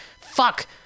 Fuck